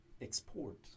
export